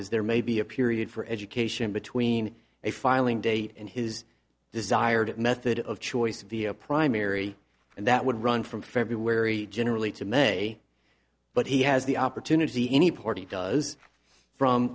is there may be a period for education between a filing date and his desired method of choice via primary and that would run from february generally to may but he has the opportunity any party does from